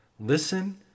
Listen